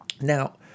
Now